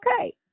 okay